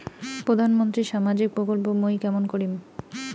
প্রধান মন্ত্রীর সামাজিক প্রকল্প মুই কেমন করিম?